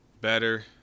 Better